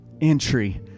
entry